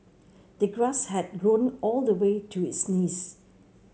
the grass had grown all the way to his knees